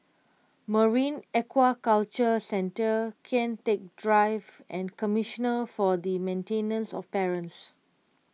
Marine Aquaculture Centre Kian Teck Drive and Commissioner for the Maintenance of Parents